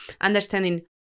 understanding